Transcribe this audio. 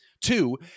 Two